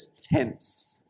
tense